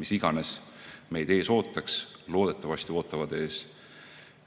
mis iganes meid ees ei oota. Loodetavasti ootavad ees